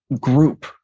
group